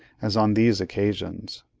as on these occasions.